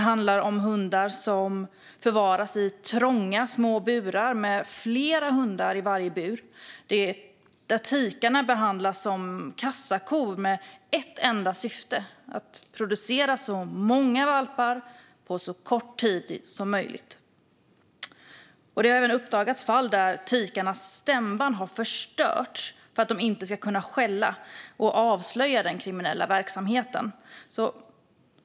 Hundarna förvaras flera åt gången i trånga burar, och tikarna behandlas som kassakor med ett enda syfte: att producera så många valpar som möjligt på så kort tid som möjligt. Det har även uppdagats fall där tikarnas stämband har förstörts för att de inte ska kunna skälla och därmed avslöja den kriminella verksamheten.